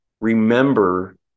remember